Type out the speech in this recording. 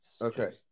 Okay